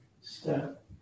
step